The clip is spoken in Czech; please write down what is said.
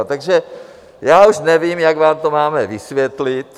Takže já už nevím, jak vám to máme vysvětlit.